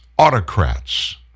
autocrats